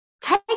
take